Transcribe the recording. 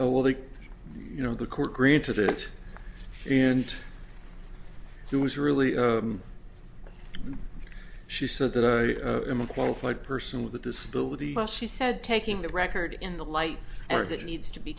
oh well the you know the court granted it end it was really she said that i am a qualified person with a disability she said taking the record in the light that needs to be